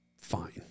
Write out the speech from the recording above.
fine